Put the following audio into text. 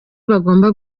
bagomba